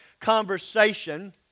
conversation